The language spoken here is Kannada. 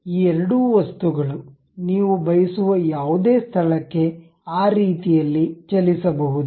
ಈ ಎರಡು ವಸ್ತುಗಳು ನೀವು ಬಯಸುವ ಯಾವುದೇ ಸ್ಥಳಕ್ಕೆ ಆ ರೀತಿಯಲ್ಲಿ ಚಲಿಸಬಹುದು